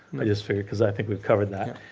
i just figure cause i think we covered that,